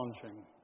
challenging